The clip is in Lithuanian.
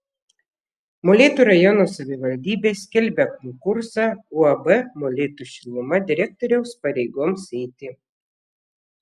molėtų rajono savivaldybė skelbia konkursą uab molėtų šiluma direktoriaus pareigoms eiti